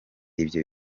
ibyo